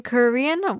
Korean